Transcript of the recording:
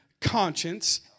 conscience